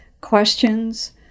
questions